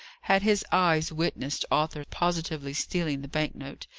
had his eyes witnessed arthur positively stealing the bank-note,